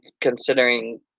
considering